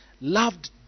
loved